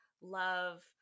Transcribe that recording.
love